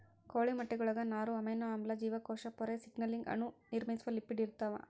ಕೋಳಿ ಮೊಟ್ಟೆಗುಳಾಗ ನಾರು ಅಮೈನೋ ಆಮ್ಲ ಜೀವಕೋಶ ಪೊರೆ ಸಿಗ್ನಲಿಂಗ್ ಅಣು ನಿರ್ಮಿಸುವ ಲಿಪಿಡ್ ಇರ್ತಾವ